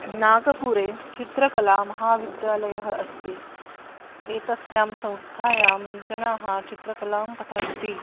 नागपुरे चित्रकला महाविद्यालयः अस्ति एतस्यां संस्थायां जनाः चित्रकलां पठन्ति